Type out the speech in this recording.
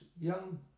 young